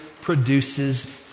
produces